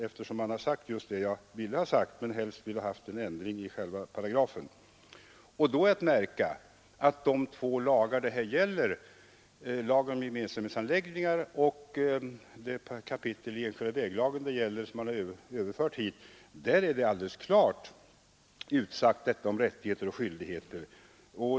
Men helst hade jag velat ha en ändring i själva paragrafen. I de två lagar som det här gäller, nämligen lagen om gemensamhetsanläggningar och det kapitel ur lagen om enskilda vägar, som man nu överfört hit, säger man ju klart ut detta om rättigheter och skyldigheter.